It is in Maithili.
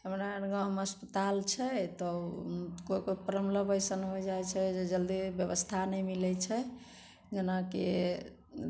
हमरा आओर गाँवमे अस्पताल छै तऽ कोइ कोइ प्रॉब्लम अइसन हो जाइत छै जे जल्दी व्यवस्था नहि मिलैत छै जेनाकी